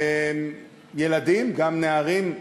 ילדים, גם נערים.